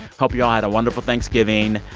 hope you all had a wonderful thanksgiving.